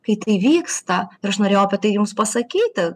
kai tai vyksta ir aš norėjau apie tai jums pasakyti